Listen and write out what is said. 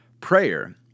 Prayer